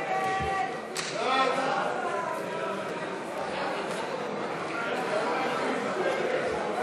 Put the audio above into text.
חוק השידור הציבורי הישראלי (תיקון מס' 7),